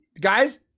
Guys